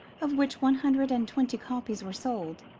of which one hundred and twenty copies were sold,